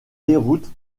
déroute